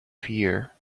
fear